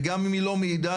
וגם אם היא לא מעידה,